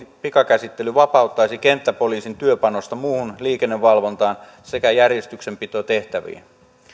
pikakäsittely vapauttaisi kenttäpoliisin työpanosta muuhun liikennevalvontaan sekä järjestyksenpitotehtäviin